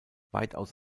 weitaus